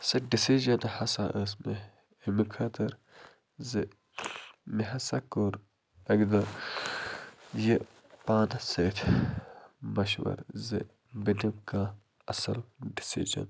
سُہ ڈِسیٖجَن ہسا ٲس مےٚ اَمہِ خٲطٕر زِ مےٚ ہسا کوٚر اَکہِ دۄہ یہِ پانَس سۭتۍ مشوَرٕ زِ بہٕ دِم کانٛہہ اَصٕل ڈِسیٖجَن